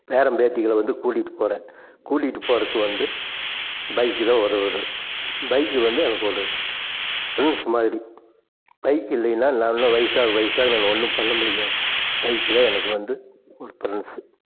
பேரன் பேத்திகளை வந்து கூட்டிகிட்டு போறேன் கூட்டிகிட்டு போகறக்கு வந்து பைக்கு தான் உதவுது பைக்கு வந்து எனக்கு ஒரு ஃப்ரென்ட்ஸ்ஸு மாதிரி பைக்கு இல்லையின்னா வயசாக வயசாக நம்ம ஒன்றும் பண்ண முடியாது பைக்கு தான் எனக்கு வந்து ஒரு ஃப்ரெண்ட்ஸ்ஸு